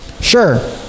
sure